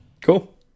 Cool